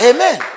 Amen